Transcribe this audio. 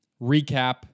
recap